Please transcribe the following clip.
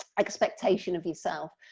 expectation of yourself